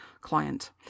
client